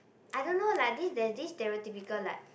I don't know like this there's this stereotypical like